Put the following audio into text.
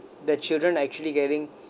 the children actually getting